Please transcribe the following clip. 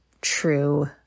true